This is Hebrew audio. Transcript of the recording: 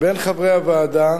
בין חברי הוועדה,